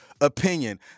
opinion